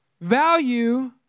Value